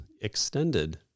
extended